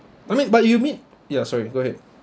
I mean but you mean ya sorry go ahead